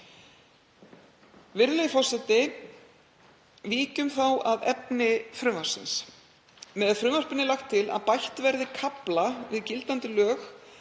Virðulegur forseti. Víkjum þá að efni frumvarpsins. Með frumvarpinu er lagt til að bætt verði kafla við gildandi lög